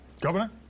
Governor